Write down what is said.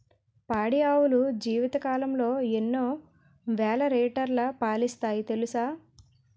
పాడి ఆవులు జీవితకాలంలో ఎన్నో వేల లీటర్లు పాలిస్తాయి తెలుసా